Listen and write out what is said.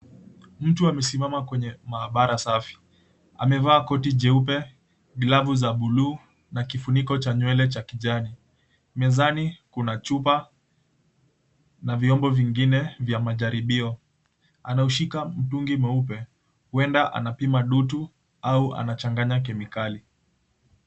Mtu amesimama kwenye maabara safi, amevaa koti jeupe, glavu za buluu na kifuniko cha nywele cha kijani. Mezani kuna chupa na viombo vingine vya majaribio. Anaushika mtungi mweupe huenda anapima dutu au anachanganya kemikali.